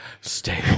Stay